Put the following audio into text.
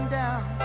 down